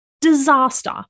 Disaster